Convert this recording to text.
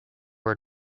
were